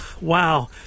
Wow